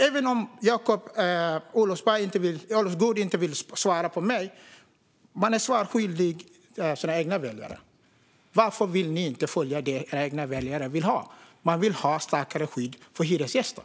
Även om Jakob Olofsgård inte vill svara mig är han skyldig sina egna väljare ett svar. Varför vill ni inte följa det som era egna väljare vill ha? De vill ha ett starkare skydd för hyresgäster.